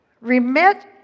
Remit